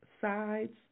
sides